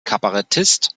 kabarettist